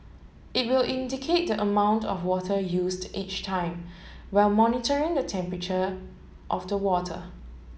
it will indicate the amount of water used each time while monitoring the temperature of the water